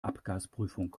abgasprüfung